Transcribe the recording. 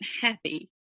happy